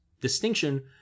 distinction